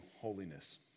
Holiness